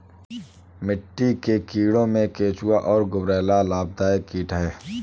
मिट्टी के कीड़ों में केंचुआ और गुबरैला लाभदायक कीट हैं